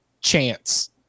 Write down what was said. chance